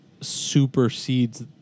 supersedes